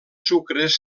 sucres